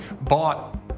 bought